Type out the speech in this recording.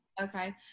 Okay